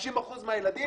50% מהילדים